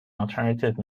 alternative